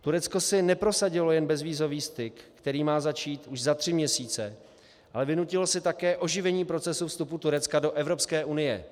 Turecko si neprosadilo jen bezvízový styk, který má začít za tři měsíce, ale vynutilo si také oživení procesu vstupu Turecka do Evropské unie.